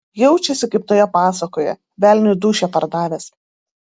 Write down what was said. jaučiasi kaip toje pasakoje velniui dūšią pardavęs